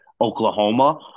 Oklahoma